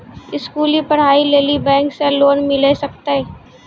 स्कूली पढ़ाई लेली बैंक से लोन मिले सकते?